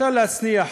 אפשר להנציח.